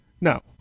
No